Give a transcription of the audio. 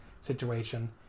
situation